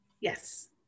yes